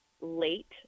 late